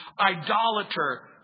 idolater